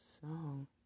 song